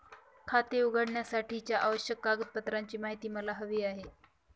खाते उघडण्यासाठीच्या आवश्यक कागदपत्रांची माहिती मला हवी आहे